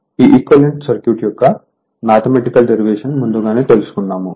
ఈ equivalent circuit యొక్క mathematical derivation ముందుగానే తెలుసుకున్నాము